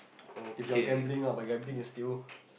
if you're gambling lah but gambling is still